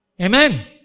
Amen